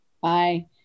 Bye